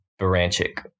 Baranchik